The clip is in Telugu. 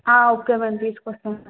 ఓకే మ్యాడం తీసుకొస్తాం